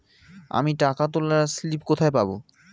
আমি টাকা তোলার স্লিপ কোথায় পাবো?